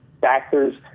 factors